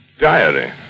Diary